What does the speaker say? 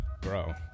Bro